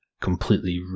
completely